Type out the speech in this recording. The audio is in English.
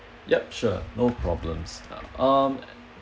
yup sure no problems uh um